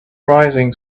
rising